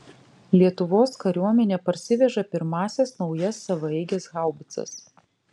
lietuvos kariuomenė parsiveža pirmąsias naujas savaeiges haubicas